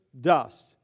dust